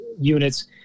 units